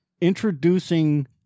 introducing